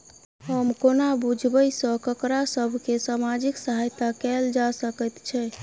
हम कोना बुझबै सँ ककरा सभ केँ सामाजिक सहायता कैल जा सकैत छै?